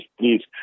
please